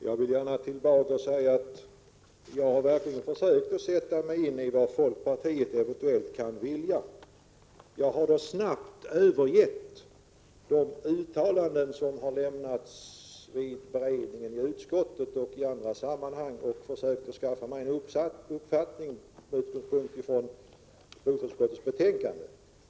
Fru talman! Jag vill gärna säga till Erling Bager att jag verkligen har försökt att sätta mig in i vad folkpartiet eventuellt kan vilja. Jag har snabbt övergett de uttalanden som gjordes vid beredningen i utskottet och i andra sammanhang och försökt att bilda mig en uppfattning på basis av bostadsutskottets betänkande.